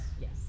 Yes